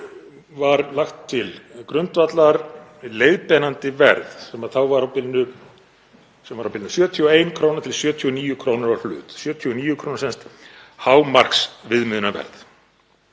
var lagt til grundvallar leiðbeinandi verð sem var á bilinu 71 kr. til 79 kr. á hlut. 79 kr. var sem sagt hámarksviðmiðunarverð.